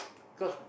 cause